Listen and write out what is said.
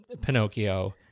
Pinocchio